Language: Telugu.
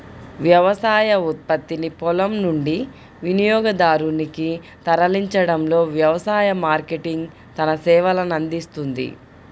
వ్యవసాయ ఉత్పత్తిని పొలం నుండి వినియోగదారునికి తరలించడంలో వ్యవసాయ మార్కెటింగ్ తన సేవలనందిస్తుంది